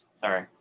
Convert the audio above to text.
Sorry